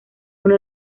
uno